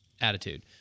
attitude